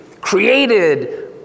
created